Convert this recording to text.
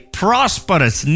prosperous